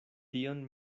tion